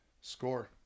Score